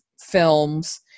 films